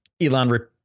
Elon